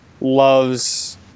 loves